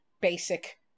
basic